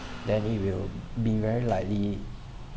then it will be very likely